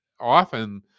often